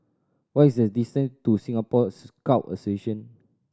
what is the distant to Singapore Scout Association